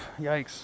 yikes